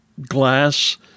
glass